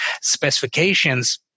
specifications